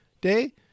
day